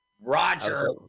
Roger